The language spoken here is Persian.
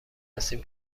هستیم